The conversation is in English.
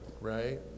right